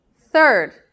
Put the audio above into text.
Third